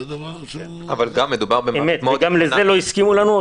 גם לזה לא הסכימו לנו,